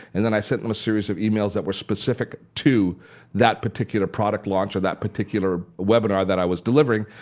and then i sent um a series of emails that were specific to that particular product launch or that particular webinar that i was delivering,